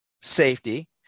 safety